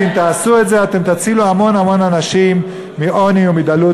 ואם תעשו את זה אתם תצילו המון המון אנשים מעוני ומדלות.